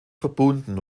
verbunden